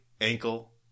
ankle